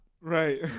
Right